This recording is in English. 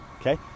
okay